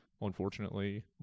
unfortunately